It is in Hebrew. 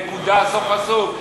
נקודה, סוף פסוק.